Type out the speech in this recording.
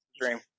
dream